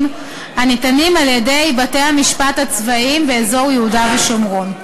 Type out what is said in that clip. הניתנים על-ידי בתי-המשפט הצבאיים באזור יהודה ושומרון.